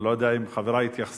אני לא יודע אם חברי התייחסו,